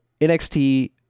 NXT